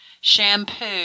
shampoo